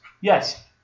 Yes